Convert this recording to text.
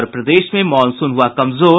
और प्रदेश में मॉनसून हुआ कमजोर